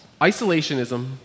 isolationism